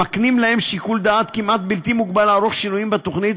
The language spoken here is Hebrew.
המקנים להם שיקול דעת כמעט בלתי מוגבל לערוך שינויים בתוכנית,